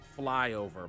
flyover